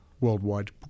worldwide